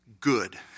Good